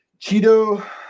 Cheeto